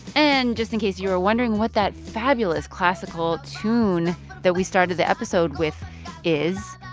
and just in case you were wondering what that fabulous classical tune that we started the episode with is,